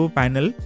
panel